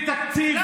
בלי תקציב,